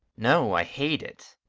no i hate it.